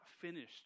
finished